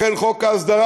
לכן חוק ההסדרה,